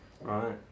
right